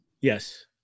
Yes